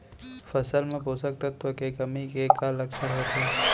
फसल मा पोसक तत्व के कमी के का लक्षण होथे?